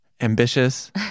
ambitious